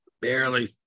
barely